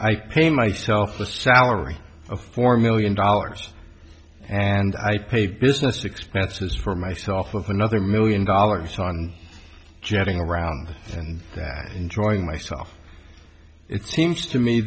i pay myself a salary of four million dollars and i pay business expenses for myself of another million dollars on jetting around and that enjoying myself it seems to me